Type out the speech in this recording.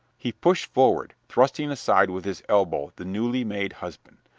he pushed forward, thrusting aside with his elbow the newly made husband.